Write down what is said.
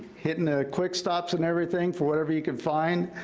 hitting the quick stops and everything for whatever you can find,